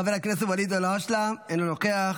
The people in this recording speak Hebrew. חבר הכנסת ואליד אל הואשלה, אינו נוכח,